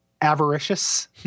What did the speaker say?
avaricious